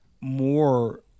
more